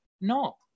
No